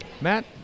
Matt